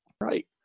Right